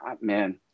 man